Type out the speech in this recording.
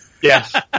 Yes